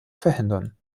verhindern